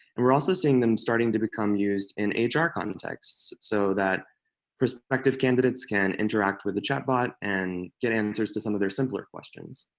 and we're also seeing them starting to become used in ah hr contexts so that prospective candidates can interact with the chat bot and get answers to some of their simpler questions.